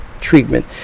treatment